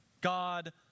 God